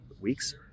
weeks